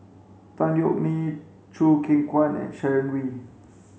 Tan Yeok Nee Choo Keng Kwang and Sharon Wee